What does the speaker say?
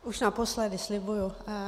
Už naposledy, slibuji.